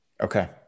Okay